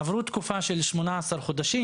עברה תקופה של שמונה עשר חודשים,